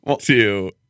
two